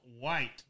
White